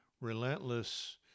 relentless